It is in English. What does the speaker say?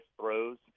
throws